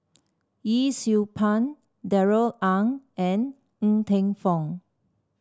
Yee Siew Pun Darrell Ang and Ng Teng Fong